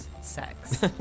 sex